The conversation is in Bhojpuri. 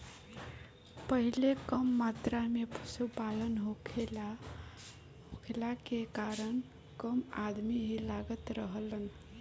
पहिले कम मात्रा में पशुपालन होखला के कारण कम अदमी ही लागत रहलन